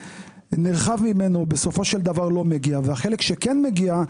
נרחב ממנו בסופו של דבר לא מגיע והחלק שכן מגיע,